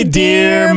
dear